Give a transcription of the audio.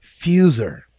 Fuser